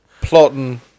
plotting